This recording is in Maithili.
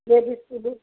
ladies police